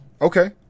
okay